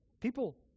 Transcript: People